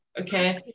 okay